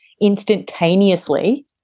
instantaneously